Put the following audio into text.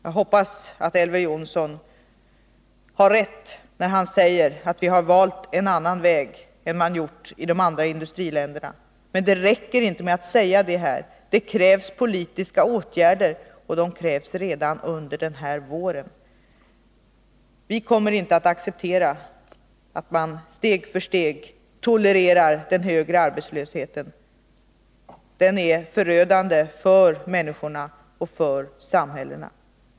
Jag hoppas att Elver Jonsson har rätt när han säger att vi har valt en annan väg än man gjort i de andra länderna. Men det räcker inte med att säga detta. Det krävs politiska åtgärder, och de krävs redan under den här våren. Vi kommer inte att acceptera att man steg för steg tolererar den högre arbetslösheten — den är förödande för människorna och för samhällena.